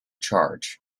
charge